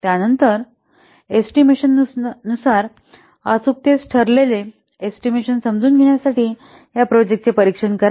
त्यानंतर एस्टिमेशनानुसार अचूकतेस ठरलेले एस्टिमेशन समजून घेण्यासाठी या प्रोजेक्टचे परीक्षण करा